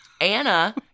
Anna